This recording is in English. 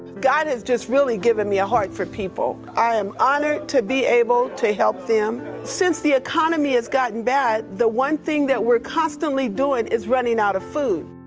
god has just really given me a heart for people. i am honored to be able to help them. since the economy has gotten bad, the one thing that we're constantly doing is running out of food.